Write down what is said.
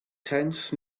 tenth